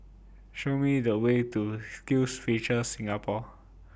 Show Me The Way to SkillsFuture Singapore